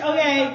Okay